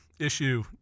issue